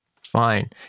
Fine